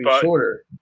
shorter